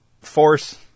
force